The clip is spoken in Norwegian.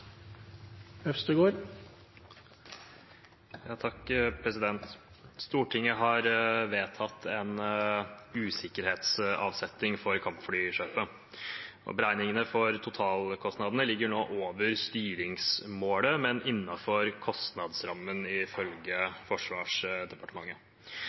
har vedtatt en usikkerhetsavsetning for kampflykjøpet. Beregningene for totalkostnadene ligger nå over styringsmålet, men innenfor kostnadsrammen,